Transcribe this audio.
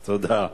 תודה.